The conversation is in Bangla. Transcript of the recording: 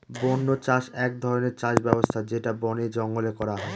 বন্য চাষ এক ধরনের চাষ ব্যবস্থা যেটা বনে জঙ্গলে করা হয়